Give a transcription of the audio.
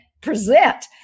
present